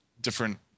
different